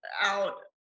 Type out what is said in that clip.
out